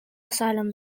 asylum